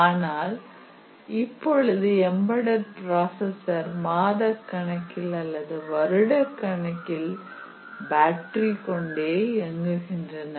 ஆனால் இப்பொழுது embedded processor மாதக்கணக்கில் அல்லது வருடக்கணக்கில் பேட்டரி கொண்டே இயங்குகின்றன